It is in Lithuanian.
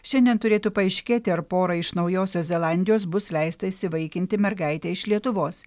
šiandien turėtų paaiškėti ar porai iš naujosios zelandijos bus leista įsivaikinti mergaitę iš lietuvos